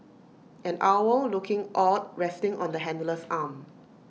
an owl looking awed resting on the handler's arm